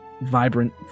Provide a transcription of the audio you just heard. vibrant